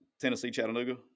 Tennessee-Chattanooga